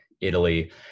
Italy